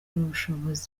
ubushobozi